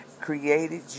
created